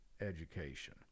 education